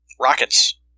rockets